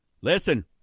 Listen